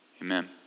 Amen